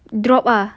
drop ah